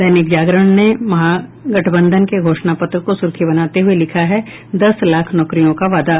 दैनिक जागरण ने महागठबंधन के घोषणा पत्र को सुर्खी बनाते हुये लिखा है दस लाख नौकरियों का वादा